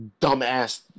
dumbass